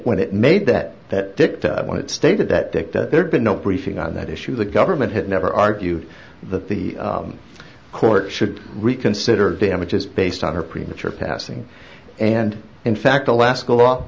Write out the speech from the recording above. when it made that that picked up when it stated that dick that there'd been no briefing on that issue the government had never argued that the court should reconsider damages based on her premature passing and in fact alaska law